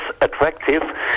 attractive